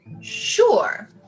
Sure